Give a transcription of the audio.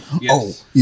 Yes